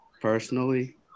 personally